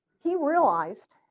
he realized